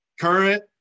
current